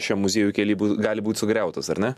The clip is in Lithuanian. šiam muziejų kely gali būt sugriautas ar ne